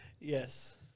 Yes